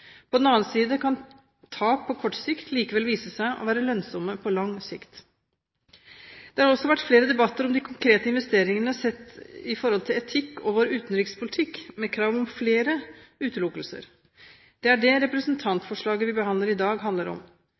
På den annen side kan tap på kort sikt likevel vise seg å være lønnsomme på lang sikt. Det har også vært flere debatter om de konkrete investeringene sett i forhold til etikk og vår utenrikspolitikk, med krav om flere utelukkelser. Det er det som representantforslaget vi behandler i dag, handler om.